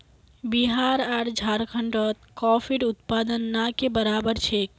बिहार आर झारखंडत कॉफीर उत्पादन ना के बराबर छेक